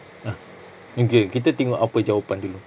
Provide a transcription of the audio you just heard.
uh okay kita tengok apa jawapan dulu